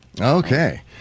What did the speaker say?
Okay